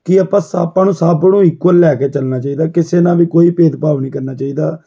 ਕੀ ਆਪਾਂ ਸਾਪਾਂ ਨੂੰ ਸਭ ਨੂੰ ਇਕੁਲ ਲੈ ਕੇ ਚੱਲਣਾ ਚਾਹੀਦਾ ਕਿਸੇ ਨਾਲ ਵੀ ਕੋਈ ਭੇਦਭਾਵ ਨਹੀਂ ਕਰਨਾ ਚਾਹੀਦਾ